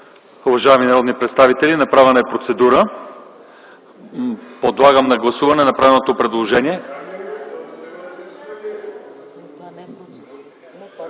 Уважаеми народни представители, направена е процедура. Подлагам на гласуване направеното предложение.